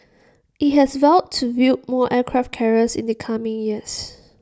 IT has vowed to build more aircraft carriers in the coming years